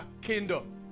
kingdom